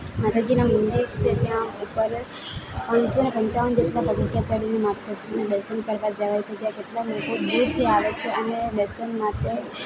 માતાજીના મંદિર છે ત્યાં ઉપર પાંચસો ને પંચાવન જેટલા પગથિયાં ચડીને માતાજીના દર્શન કરવા જવાય છે જ્યાં કેટલા લોકો દૂરથી આવે છે અને દર્શન માટે